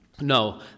No